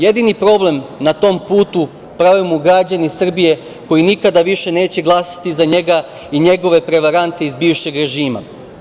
Jedini problem na tom putu prave mu građani Srbije koji nikada više neće glasati za njega i njegove prevarante iz bivšeg režima.